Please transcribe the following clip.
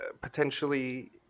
potentially